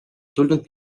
tulnud